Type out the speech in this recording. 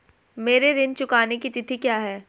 मेरे ऋण चुकाने की तिथि क्या है?